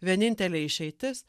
vienintelė išeitis